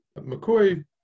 McCoy